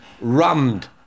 rammed